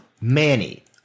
Manny